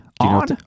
on